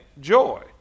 joy